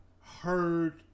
heard